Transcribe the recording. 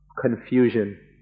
confusion